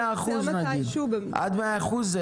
נגיד עד 100 אחוזים.